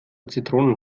zitronen